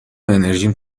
انرژیم